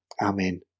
Amen